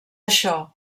això